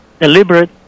deliberate